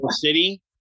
City